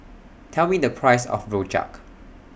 Tell Me The Price of Rojak